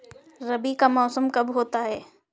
रबी का मौसम कब होता हैं?